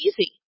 easy